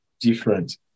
different